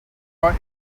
are